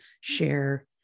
share